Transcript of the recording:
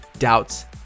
doubts